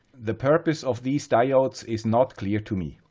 the purpose of the diodes is not clear to me.